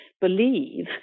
believe